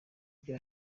ibyo